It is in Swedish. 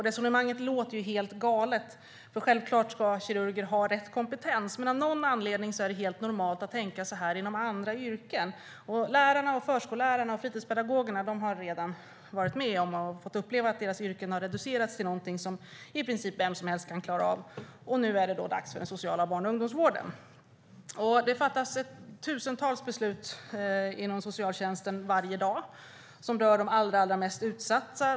Resonemanget låter helt galet. Självklart ska kirurger ha rätt kompetens. Men av någon anledning är det helt normalt att tänka så inom andra yrken. Lärarna, förskollärarna och fritidspedagogerna har redan fått uppleva att deras yrken har reducerats till något som i princip vem som helst klarar av. Nu är det dags för den sociala barn och ungdomsvården. Det fattas tusentals beslut inom socialtjänsten varje dag som rör de allra mest utsatta.